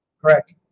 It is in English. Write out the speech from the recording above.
Correct